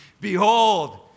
Behold